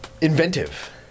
inventive